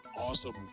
awesome